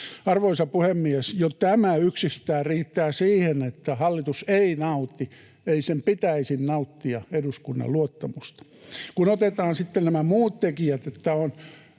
Arvoisa puhemies! Jo tämä yksistään riittää siihen, että hallitus ei nauti, sen ei pitäisi nauttia, eduskunnan luottamusta. Kun otetaan sitten nämä muut tekijät, että on